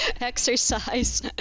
exercise